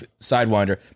sidewinder